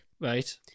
Right